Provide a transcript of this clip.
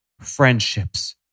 friendships